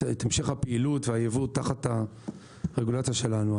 המשך הפעילות והייבוא תחת הרגולציה שלנו,